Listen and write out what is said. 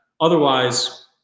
Otherwise